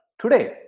today